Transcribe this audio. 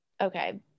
okay